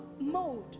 mode